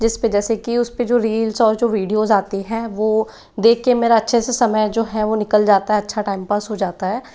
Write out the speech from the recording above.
जिसपे जैसे कि उस पे जो रील्स और जो वीडियोज़ आती हैं वो देख के मेरा अच्छे से समय जो है वो निकल जाता है अच्छा टाइमपास हो जाता है